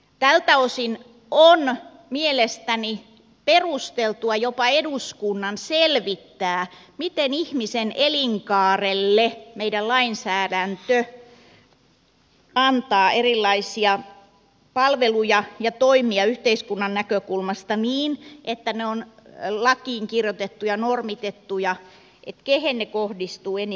tältä osin on mielestäni perusteltua jopa eduskunnan selvittää miten meidän lainsäädäntömme antaa ihmisen elinkaarelle erilaisia palveluja ja toimia yhteiskunnan näkökulmasta niin että ne ovat lakiin kirjoitettuja normitettuja sen suhteen että kehen ne kohdistuvat enimmillään